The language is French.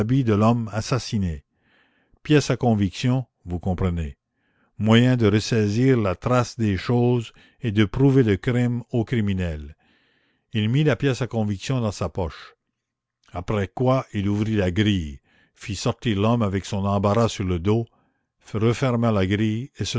de l'homme assassiné pièce à conviction vous comprenez moyen de ressaisir la trace des choses et de prouver le crime au criminel il mit la pièce à conviction dans sa poche après quoi il ouvrit la grille fit sortir l'homme avec son embarras sur le dos referma la grille